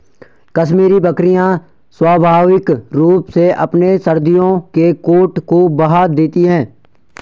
कश्मीरी बकरियां स्वाभाविक रूप से अपने सर्दियों के कोट को बहा देती है